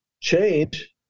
change